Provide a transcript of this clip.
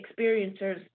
experiencers